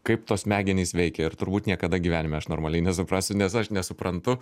kaip tos smegenys veikia ir turbūt niekada gyvenime aš normaliai nesuprasiu nes aš nesuprantu